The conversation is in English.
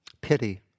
pity